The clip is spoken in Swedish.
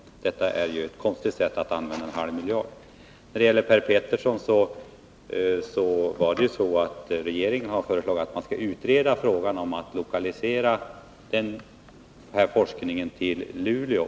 Det är ett konstigt sätt att använda en halv miljard på. När det gäller den fråga som Per Petersson tog upp vill jag säga att regeringen har föreslagit att man skall utreda frågan om att lokalisera den här forskningen till Luleå.